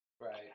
Right